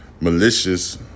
malicious